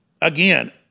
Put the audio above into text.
again